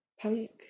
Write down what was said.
punk